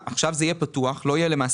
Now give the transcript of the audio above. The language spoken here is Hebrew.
עכשיו זה יהיה פתוח, לא תהיה מגבלה.